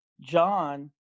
John